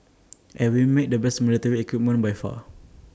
and we make the best military equipment by far